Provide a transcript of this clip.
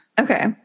Okay